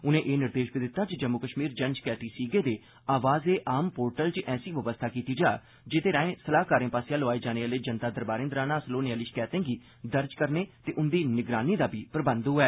उनें एह् निर्देश बी दित्ता जे जम्मू कश्मीर जन शकैती सीगे दे आवाज़ ए आम पोर्टल च ऐसी बवस्था कीती जा जेह्दे राए सलाह्कारें आसेआ लोआए जाने आह्ले जनता दरबारें दौरान हासल होने आह्ली शकैतें गी दर्ज करने ते उंदी निगरानी दा प्रबंध बी होऐ